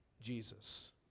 Jesus